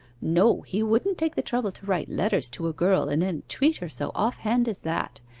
no, he wouldn't take the trouble to write letters to a girl and then treat her so off-hand as that.